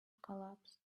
collapsed